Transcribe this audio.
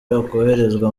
yakoherezwa